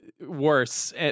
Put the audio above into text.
Worse